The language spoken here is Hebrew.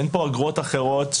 אין פה אגרות אחרות --- שניה,